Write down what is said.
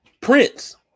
Prince